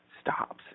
stops